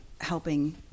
helping